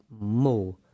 more